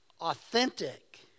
authentic